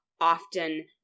often